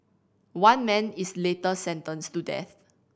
one man is later sentenced to death